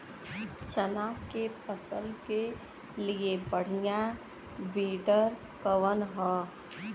चना के फसल के लिए बढ़ियां विडर कवन ह?